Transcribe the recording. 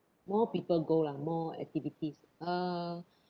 more people go lah more activities uh